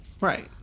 Right